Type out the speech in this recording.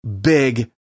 big